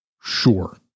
sure